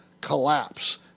collapse